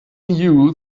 knew